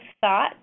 thought